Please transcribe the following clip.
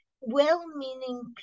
well-meaning